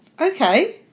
Okay